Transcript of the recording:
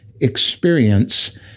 experience